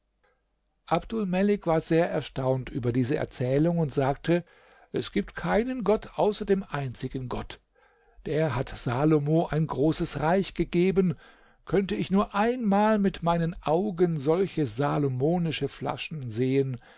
abdulmelik war sehr erstaunt über diese erzählung und sagte es gibt keinen gott außer dem einzigen gott der hat salomo ein großes reich gegeben könnte ich nur einmal mit meinen augen solche salomonische flaschen sehen